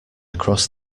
across